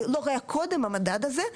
זה לא היה קודם המדד הזה,